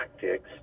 tactics